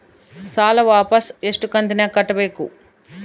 ಸಾಲ ವಾಪಸ್ ಎಷ್ಟು ಕಂತಿನ್ಯಾಗ ಕಟ್ಟಬೇಕು?